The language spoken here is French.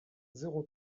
zéro